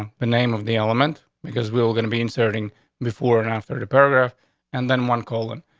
the name of the element because we were gonna be inserting before or after the paragraph and then one. colin,